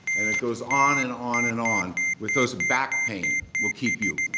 and it goes on and on and on with those back pain will keep you,